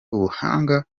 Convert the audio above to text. ubuhanga